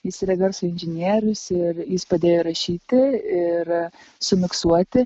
jis garso inžinierius ir jis padėjo įrašyti ir sumiksuoti